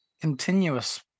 continuous